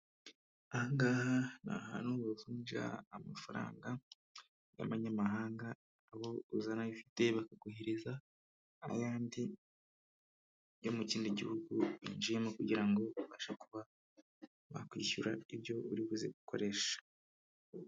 Aha ngaha ni ahantu bavunja amafaranga y'abanyamahanga, aho uzana ayo ufite, bakaguhereza ayandi yo mu kindi gihugu ugiiyemo kugira ngo ubashe kuba wakwishyura ibyo uri buze uzi gukoresha.